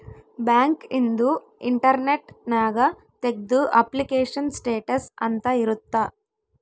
bank ಇಂದು internet ನ್ಯಾಗ ತೆಗ್ದು ಅಪ್ಲಿಕೇಶನ್ ಸ್ಟೇಟಸ್ ಅಂತ ಇರುತ್ತ